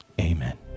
amen